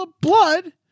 Blood